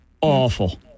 Awful